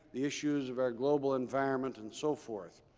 the issues of our global environment, and so forth.